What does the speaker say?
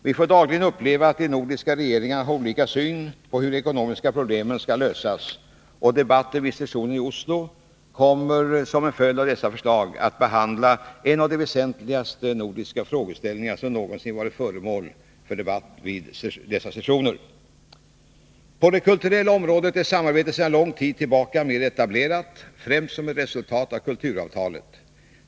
Vi får dagligen uppleva att de nordiska regeringarna har olika syn på hur de ekonomiska problemen skall lösas, och debatten vid sessionen i Oslo kommer som en följd av dessa förslag att behandla en av de väsentligaste nordiska frågeställningar som någonsin varit föremål för debatt vid rådets sessioner. På det kulturella området är samarbetet sedan lång tid tillbaka mer etablerat främst som ett resultat av kulturavtalet.